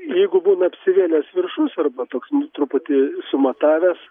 jeigu būna apsivėlęs viršus arba toks truputį sumatavęs